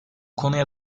konuya